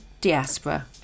Diaspora